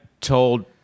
told